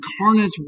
incarnate